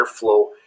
airflow